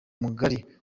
mugari